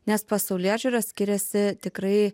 nes pasaulėžiūra skiriasi tikrai